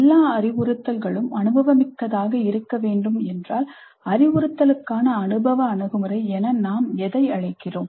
எல்லா அறிவுறுத்தல்களும் அனுபவமிக்கதாக இருக்க வேண்டும் என்றால் அறிவுறுத்தலுக்கான அனுபவ அணுகுமுறை என நாம் எதை அழைக்கிறோம்